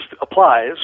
applies